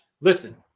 listen